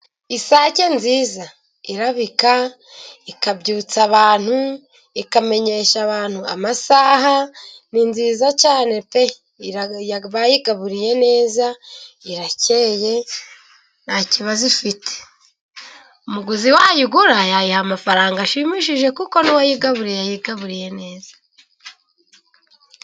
Isake nziza irabika ikabyutsa abantu, ikamenyesha abantu amasaha, ni nziza cyane pe bayigaburiye neza irakeye nta kibazo ifite, umuguzi wayigura yayiha amafaranga ashimishije, kuko n'uwayigaburiye yayigaburiye neza.